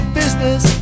business